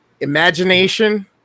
Imagination